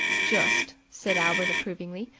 just, said albert approvingly,